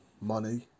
money